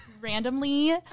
randomly